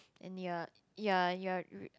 and you are you are you are you